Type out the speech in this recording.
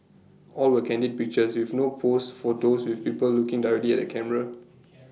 all were candid pictures with no posed photos with people looking directly at the camera